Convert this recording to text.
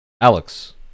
Alex